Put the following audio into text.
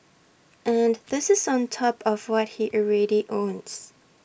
and this is on top of what he already owns